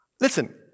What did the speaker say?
Listen